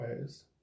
ways